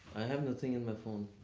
have nothing in my phone,